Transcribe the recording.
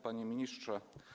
Panie Ministrze!